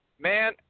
man